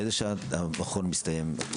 באיזו שעה המכון מסתיים?